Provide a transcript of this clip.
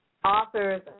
Authors